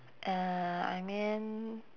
uh I mean